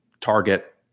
target